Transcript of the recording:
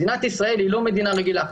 מדינת ישראל היא לא מדינה רגילה,